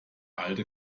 alte